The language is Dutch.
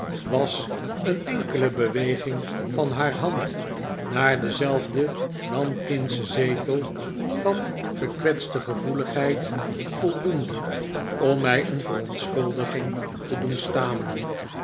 was een enkele beweging van haar hand naar denzelfden nankingschen zetel van gekwetste gevoeligheid voldoende om mij een verontschuldiging te doen stamelen